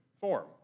form